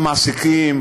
המעסיקים,